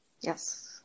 yes